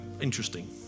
interesting